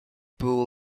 pool